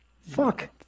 fuck